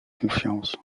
confiance